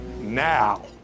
now